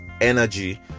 energy